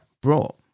brought